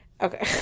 Okay